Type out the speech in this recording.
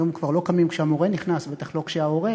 היום כבר לא קמים כשהמורה נכנס, בטח לא כשההורה,